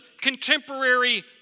contemporary